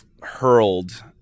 hurled